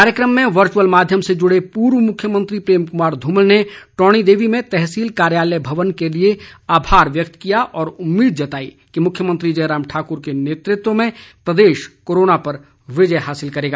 कार्यक्रम में वर्चुअल माध्यम से जुड़े पूर्व मुख्यमंत्री प्रेम क्मार ध्रमल ने टौणी देवी में तहसील कार्यालय भवन के लिए आभार व्यक्त किया और उम्मीद जताई कि मुख्यमंत्री जयराम ठाकुर के नेतृत्व में प्रदेश कोरोना पर विजय हासिल करेगा